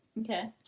Okay